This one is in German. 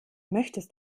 möchtest